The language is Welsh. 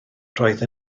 roedd